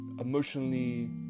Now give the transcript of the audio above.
emotionally